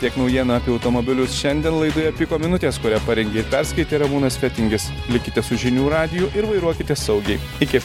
tiek naujienų apie automobilius šiandien laidoje piko minutės kurią parengė ir perskaitė ramūnas fetingis likite su žinių radiju ir vairuokite saugiai iki